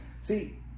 See